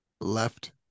Left